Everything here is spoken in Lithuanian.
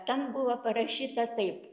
ten buvo parašyta taip